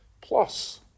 plus